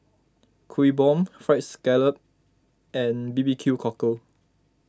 Kuih Bom Fried Scallop and B B Q Cockle